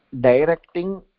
directing